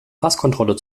passkontrolle